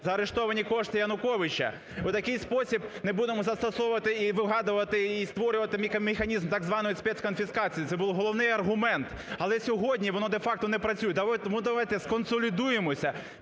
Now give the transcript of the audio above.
заарештовані кошти Януковича. У такий спосіб не будемо застосовувати і вигадувати, і створювати механізм так званої спецконфіскації. Це був головний аргумент, але сьогодні воно де-факто не працює. Тому давайте сконсолідуємося.